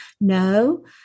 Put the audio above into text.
no